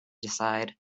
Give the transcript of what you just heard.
decide